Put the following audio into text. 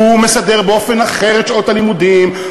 הוא מסדר באופן אחר את שעות הלימודים,